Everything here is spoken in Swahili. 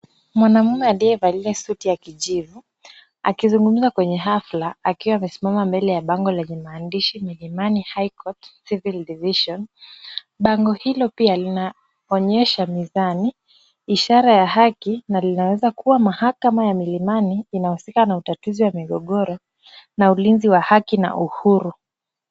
Mwanaume aliyevalia suti ya kijivu akizungumza kwenye hafla akiwa amesimama mbele ya bango lenye maandishi Milimani high court civil division . Bango hilo pia linaonyesha mizani, ishara ya haki na linaweza kuwa mahakama ya Milimani inahusika na utatuzi wa migogoro na ulinzi wa haki na uhuru.